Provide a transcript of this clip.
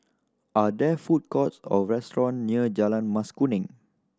are there food courts or restaurant near Jalan Mas Kuning